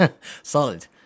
Solid